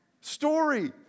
story